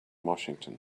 washington